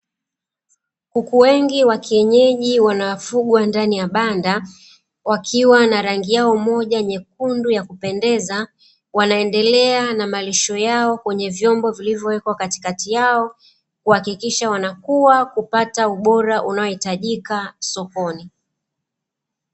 Kuku wengi wa kienyeji wanaofugwa ndani ya banda, wakiwa na rangi yao moja nyekundu ya kupendeza, wanaendelea na malisho yao kwenye vyombo vilivyowekwa katikati yao, kuhakikisha wanakua kupata ubora unaohitajika sokoni.